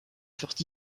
furent